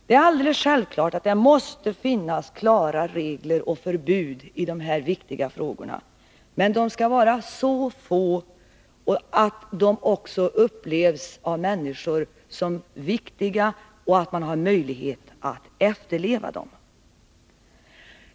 Det är alldeles självklart att det måste finnas klara regler och förbud i de här viktiga frågorna, men de skall vara så få att de också upplevs som viktiga av människor och att man har möjlighet att efterleva dem.